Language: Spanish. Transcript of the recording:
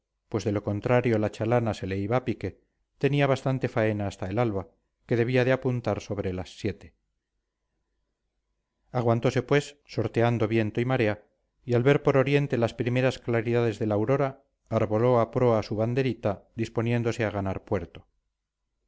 pues de lo contrario la chalana se le iba a pique tenía bastante faena hasta el alba que debía de apuntar sobre las siete aguantose pues sorteando viento y marea y al ver por oriente las primeras claridades de la aurora arboló a proa su banderita disponiéndose a ganar puerto